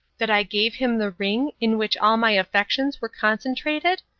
that i gave him the ring, in which all my affections were concentrated?